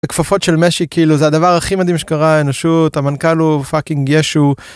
כפפות של משי כאילו זה הדבר הכי מדהים שקרה לאנושות המנכל הוא פאקינג ישו.